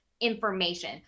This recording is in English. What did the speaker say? information